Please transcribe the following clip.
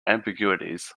ambiguities